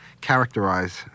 characterize